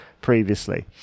previously